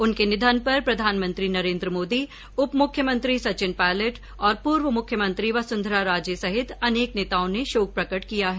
उनके निधन पर प्रधानमंत्री नरेन्द्र मोदी उप मुख्यमंत्री सचिन पायलेट और पूर्व मुख्यमंत्री वसुंधरा राजे सहित अनेक नेताओं ने शोक प्रकट किया है